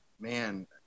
Man